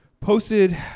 posted